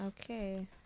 okay